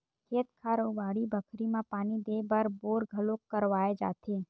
खेत खार अउ बाड़ी बखरी म पानी देय बर बोर घलोक करवाए जाथे